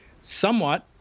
somewhat